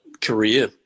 career